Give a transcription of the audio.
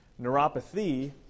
Neuropathy